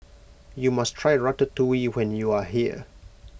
you must try Ratatouille when you are here